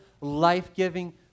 life-giving